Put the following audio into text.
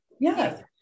yes